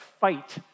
fight